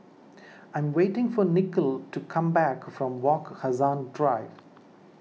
I am waiting for Nicole to come back from Wak Hassan Drive